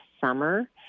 summer